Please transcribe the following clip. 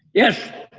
yes.